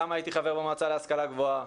הייתי חבר במועצה להשכלה גבוהה,